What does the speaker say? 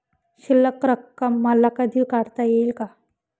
शिल्लक रक्कम मला कधी काढता येईल का?